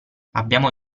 abbiamo